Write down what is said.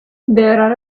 there